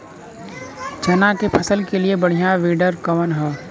चना के फसल के लिए बढ़ियां विडर कवन ह?